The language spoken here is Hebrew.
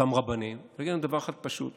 אותם רבנים, דבר אחד פשוט: